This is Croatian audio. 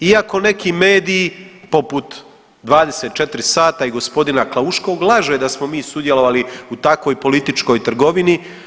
Iako neki mediji poput 24 sata i gospodina Klauškog laže da smo mi sudjelovati i takvoj političkoj trgovini.